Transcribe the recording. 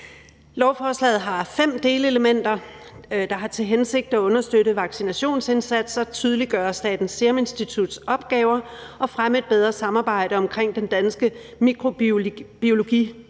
Lovforslaget har fem delelementer, der har til hensigt at understøtte vaccinationsindsatser, tydeliggøre Statens Serum Instituts opgaver og fremme et bedre samarbejde omkring den danske mikrobiologidatabase,